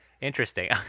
interesting